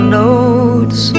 notes